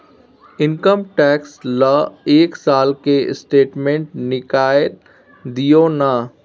Income tax ल एक साल के स्टेटमेंट निकैल दियो न?